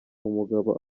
umugabo